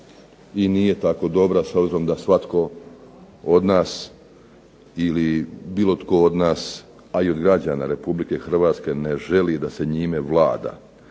nije tako dobra s obzirom da svatko od nas ili bilo tko od nas a i od građana Republike Hrvatske ne želi da itko njime vlada.